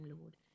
Lord